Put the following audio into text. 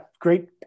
great